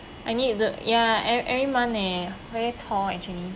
I need the ya every every month leh very tall actually